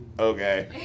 okay